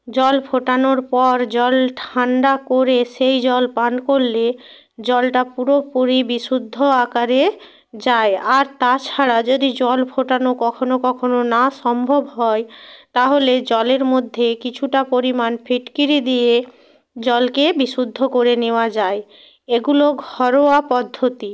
জল ফোটানোর পর জল ঠান্ডা করে সেই জল পান করলে জলটা পুরোপুরি বিশুদ্ধ আকারে যায় আর তাছাড়া যদি জল ফোটানো কখনো কখনো না সম্ভব হয় তাহলে জলের মধ্যে কিছুটা পরিমাণ ফিটকিরি দিয়ে জলকে বিশুদ্ধ করে নেওয়া যায় এগুলো ঘরোয়া পদ্ধতি